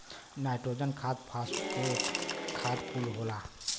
nitrogen खाद phosphate खाद कुल होला